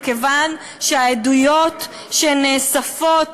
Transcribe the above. מכיוון שהעדויות שנאספות